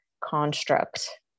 construct